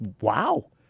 wow